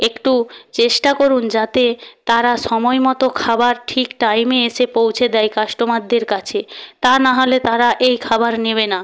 একটু চেষ্টা করুন যাতে তারা সময়মতো খাবার ঠিক টাইমে এসে পৌঁছে দেয় কাস্টমারদের কাছে তা নাহলে তারা এই খাবার নেবে না